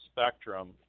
spectrum